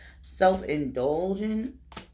Self-indulgent